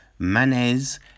Manez